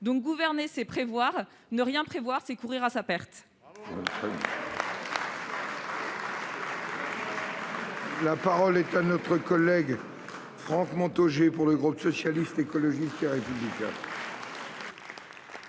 : gouverner, c'est prévoir ; ne rien prévoir, c'est courir à sa perte